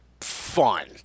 fun